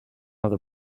other